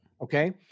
Okay